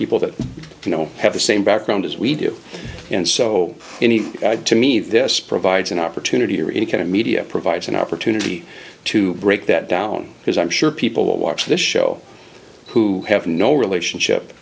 people that you know have the same background as we do and so any to me this provides an opportunity or any kind of media provides an opportunity to break that down because i'm sure people will watch this show who have no relationship